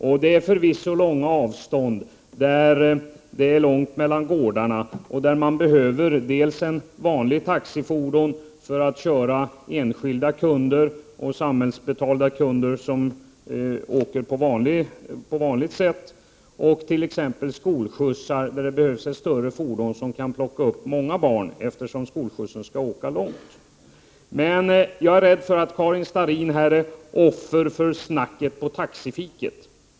Och det är förvisso långa avstånd där det är långt mellan gårdarna, och där behöver man dels ett vanligt taxifordon för att köra enskilda kunder och samhällsbetalda kunder som åker på vanligt sätt, dels ett större fordon till exempelvis skolskjuts, som kan plocka upp många barn, eftersom skolskjutsen skall åka långt. Jag är rädd för att Karin Starrin är offer för snacket på taxifiket.